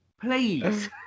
Please